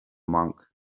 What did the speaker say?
monk